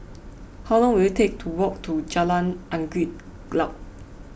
how long will it take to walk to Jalan Angin Glaut